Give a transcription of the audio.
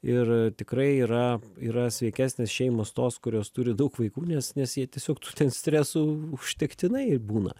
ir tikrai yra yra sveikesnės šeimos tos kurios turi daug vaikų nes nes jie tiesiog tų stresų užtektinai būna